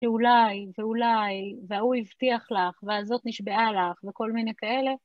שאולי, ואולי, וההוא הבטיח לך, והזאת נשבעה לך, וכל מיני כאלה.